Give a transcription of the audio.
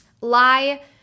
Lie